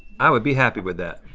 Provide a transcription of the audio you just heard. i would be happy with that.